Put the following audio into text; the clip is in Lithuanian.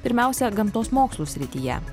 pirmiausia gamtos mokslų srityje